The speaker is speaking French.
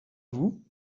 vous